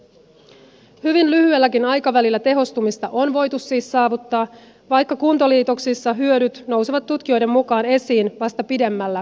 hyvin lyhyelläkin aikavälillä tehostumista on voitu siis saavuttaa vaikka kuntaliitoksissa hyödyt nousevat tutkijoiden mukaan esiin vasta pidemmällä aikavälillä